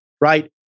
Right